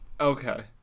Okay